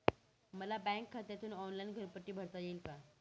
मला बँक खात्यातून ऑनलाइन घरपट्टी भरता येईल का?